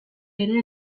ere